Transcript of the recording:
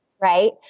Right